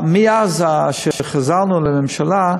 מאז שהחזרנו לממשלה,